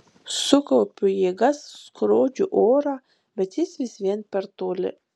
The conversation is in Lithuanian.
sukaupiu jėgas skrodžiu orą bet jis vis vien per toli